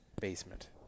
basement